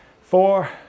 four